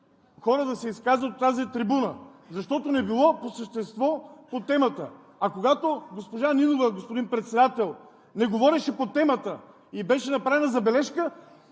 хора да се изказват от тази трибуна, защото не било по същество, по темата! А когато госпожа Нинова, господин Председател, не говореше по темата и ѝ беше направена забележка,